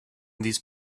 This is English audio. these